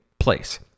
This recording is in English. place